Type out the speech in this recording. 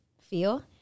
feel